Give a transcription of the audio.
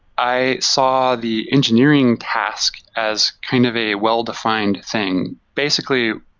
i saw the engineering task as kind of a well-defined thing. basically,